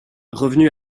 revenu